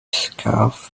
scarf